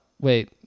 wait